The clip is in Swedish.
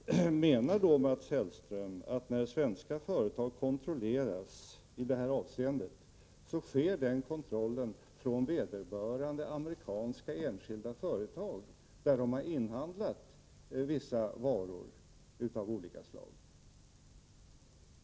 Herr talman! Menar då Mats Hellström att när svenska företag kontrolleras i det här avseendet, utförs den kontrollen av vederbörande amerikanska enskilda företag, där de svenska företagen har inhandlat vissa varor?